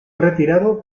retirado